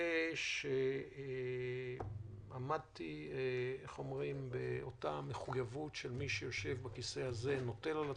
מקווה שעמדתי באותה מחויבות שמי שיושב בכיסא הזה נוטל על עצמו,